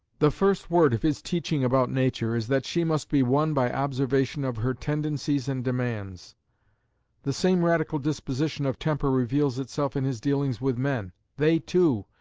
the first word of his teaching about nature is that she must be won by observation of her tendencies and demands the same radical disposition of temper reveals itself in his dealings with men they, too,